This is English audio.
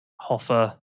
Hoffer